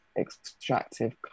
extractive